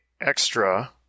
Extra